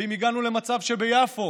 אם הגענו למצב שביפו